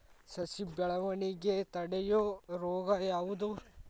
ಸಸಿ ಬೆಳವಣಿಗೆ ತಡೆಯೋ ರೋಗ ಯಾವುದು?